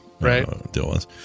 Right